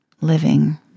living